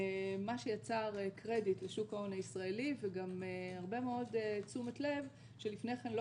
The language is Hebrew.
מה שיצר קרדיט לשוק ההון הישראלי וגם הרבה מאוד תשומת לב שלפני כן לא